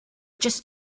just